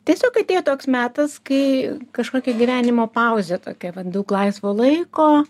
tiesiog atėjo toks metas kai kažkokia gyvenimo pauzė tokia vat daug laisvo laiko